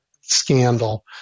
scandal